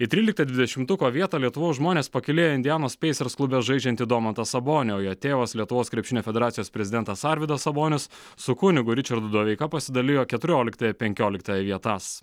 į tryliktą dvidešimtuko vietą lietuvos žmonės pakylėjo indianos pacers klube žaidžiantį domantą sabonį o jo tėvas lietuvos krepšinio federacijos prezidentas arvydas sabonis su kunigu ričardu doveika pasidalijo keturioliktąją penkioliktąją vietas